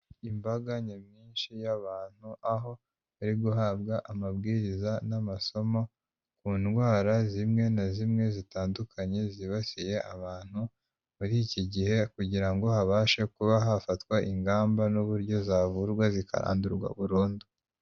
Imbaga nyamwinshi y'abantu, aho bari guhabwa amabwiriza n'amasomo, ku ndwara zimwe na zimwe zitandukanye zibasiye abantu, muri iki gihe kugira ngo habashe kuba hafatwa ingamba n'uburyo zavurwa zikadurwa burundu.